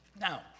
Now